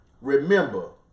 remember